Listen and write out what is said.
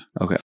Okay